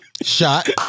Shot